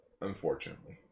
Unfortunately